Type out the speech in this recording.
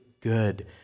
good